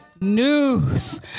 news